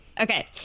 okay